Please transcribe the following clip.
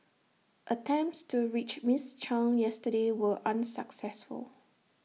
attempts to reach miss chung yesterday were unsuccessful